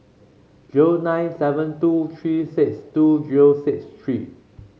zero nine seven two three six two zero six three